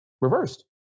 reversed